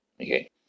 Okay